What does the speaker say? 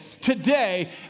today